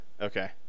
Okay